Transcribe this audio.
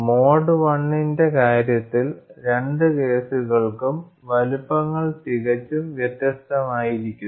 mode I ന്റെ കാര്യത്തിൽ രണ്ട് കേസുകൾക്കും വലുപ്പങ്ങൾ തികച്ചും വ്യത്യസ്തമായിരുന്നു